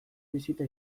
bisita